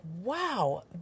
wow